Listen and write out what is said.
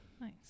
nice